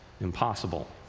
impossible